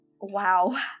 Wow